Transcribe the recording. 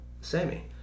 Sammy